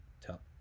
tell